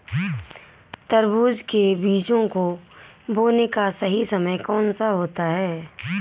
तरबूज के बीजों को बोने का सही समय कौनसा होता है?